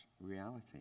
reality